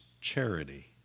charity